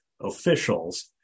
officials